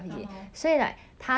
orh ya lah